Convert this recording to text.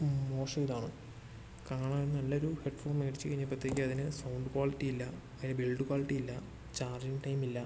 മോശം ഇതാണ് കാണാൻ നല്ലൊരു ഹെഡ് ഫോൺ മേടിച്ച് കഴിഞ്ഞപ്പത്തേക്കും അതിന് സൗണ്ട് ക്വാളിറ്റി ഇല്ല അതിന് ബിൽഡ് ക്വാളിറ്റി ഇല്ല ചാർജിംഗ് ടൈം ഇല്ല